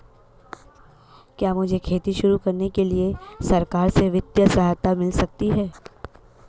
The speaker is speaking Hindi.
क्या मुझे खेती शुरू करने के लिए सरकार से वित्तीय सहायता मिल सकती है?